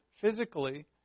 physically